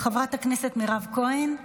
חברת הכנסת מירב כהן,